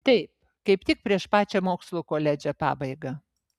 taip kaip tik prieš pačią mokslų koledže pabaigą